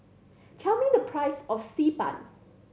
tell me the price of Xi Ban